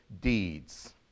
deeds